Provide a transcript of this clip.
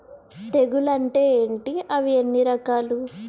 తెగులు అంటే ఏంటి అవి ఎన్ని రకాలు?